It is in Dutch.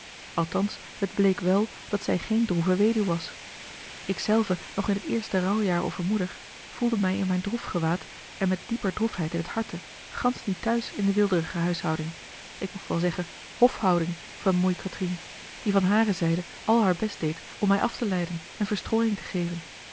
het bleek wèl dat zij geen droeve weduw was ik zelve nog in het eerste rouwjaar over moeder voelde mij in mijn droefgewaad en met dieper droefheid in t harte gansch niet thuis in de weelderige huishouding ik mocht wel zeggen hofhouding van moei catrine die van hare zijde al haar best deed om mij af te leiden en verstrooiing te geven